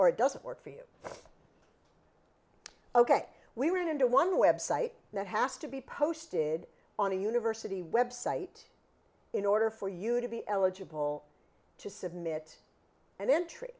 or it doesn't work for you ok we ran into one website that has to be posted on a university website in order for you to be eligible to submit an entry